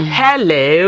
hello